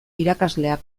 irakasleak